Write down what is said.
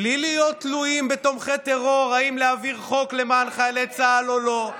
בלי להיות תלויים בתומכי טרור אם להעביר חוק למען חיילי צה"ל או לא.